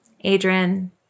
Adrian